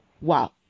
wow